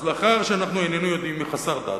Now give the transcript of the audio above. אז לאחר שאנחנו איננו יודעים מי חסר דת,